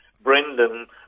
Brendan